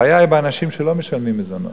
הבעיה היא באנשים שלא משלמים מזונות,